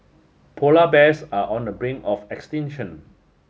polar bears are on the brink of extinction